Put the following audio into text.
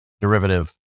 derivative